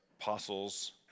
apostles